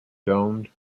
domed